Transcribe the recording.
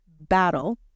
battle